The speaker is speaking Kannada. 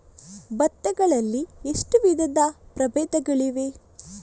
ಭತ್ತ ಗಳಲ್ಲಿ ಎಷ್ಟು ವಿಧದ ಪ್ರಬೇಧಗಳಿವೆ?